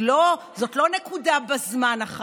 כי זאת לא נקודה אחת בזמן.